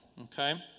Okay